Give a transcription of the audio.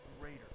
greater